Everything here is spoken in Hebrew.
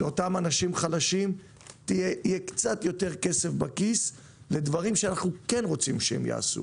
לאותם אנשים חלשים יהיה קצת יותר כסף בכיס לדברים שאנחנו רוצים שהם יעשו